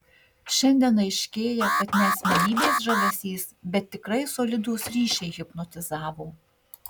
šiandien aiškėja kad ne asmenybės žavesys bet tikrai solidūs ryšiai hipnotizavo